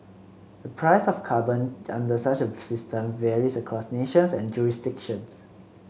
the price of carbon under such a system varies across nations and jurisdictions